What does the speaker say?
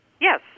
Yes